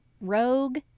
rogue